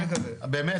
באמת,